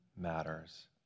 matters